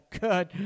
good